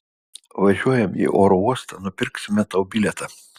važiuojam į oro uostą nupirksime tau bilietą